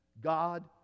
god